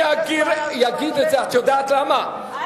אני אגיד את זה, את יודעת למה?